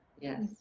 Yes